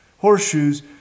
horseshoes